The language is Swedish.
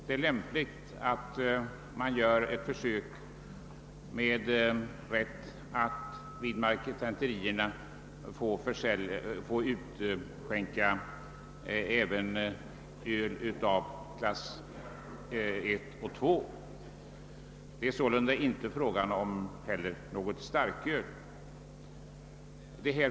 Det är lämpligt att ett försök görs med rätt att vid marketenterierna utskänka även öl av klass I och klass II. Något starköl är det inte fråga om.